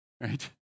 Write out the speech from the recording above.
right